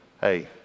hey